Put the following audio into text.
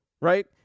right